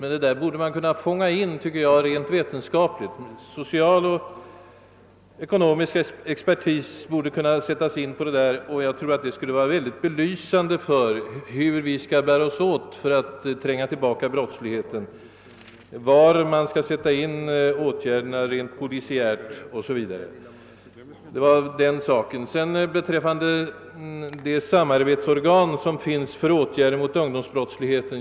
Med all sannolikhet förhåller det sig så, men detta borde man då kunna fånga in rent vetenskapligt. Social och ekonomisk expertis borde kunna sättas in på denna fråga. En dylik undersökning skulle kunna ge en viss belysning av hur vi bör dimensionera polisverksamheten för att tränga tillbaka brottsligheten, var vi skall sätta in de rent polisiära åtgärderna o. s. v. Justitieministern nämnde det samarbetsorgan som finns för åtgärder mot ungdomsbrottsligheten.